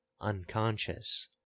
unconscious